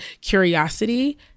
curiosity